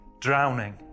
drowning